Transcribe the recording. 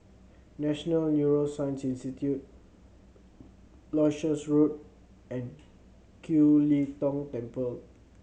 National Neuroscience Institute Leuchars Road and Kiew Lee Tong Temple